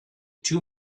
two